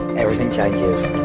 everything changes.